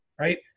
right